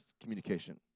communication